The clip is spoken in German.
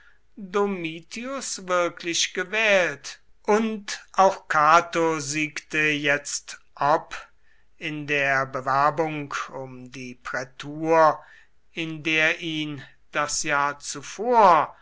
domitius wirklich gewählt und auch cato siegte jetzt ob in der bewerbung um die prätur in der ihn das jahr zuvor